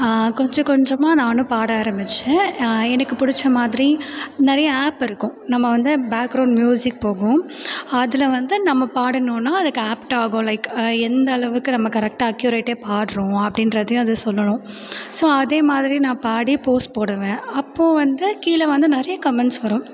கொஞ்ச கொஞ்சமாக நானும் பாட ஆரம்மிச்சேன் எனக்கு பிடிச்ச மாதிரி நிறைய ஆப் இருக்கும் நம்ம வந்து பேக்ரௌண்ட் ம்யூசிக் போகும் அதில் வந்து நம்ம பாடணும்னா அதுக்கு ஆப்ட்டாகும் லைக் எந்த அளவுக்கு நம்ம கரெக்டாக அக்யூரேட்டாக பாடுறோம் அப்படின்றதையும் அது சொல்லணும் ஸோ அதேமாதிரி நான் பாடி போஸ்ட் போடுவேன் அப்போது வந்து கீழே வந்து நிறைய கமெண்ட்ஸ் வரும்